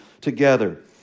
together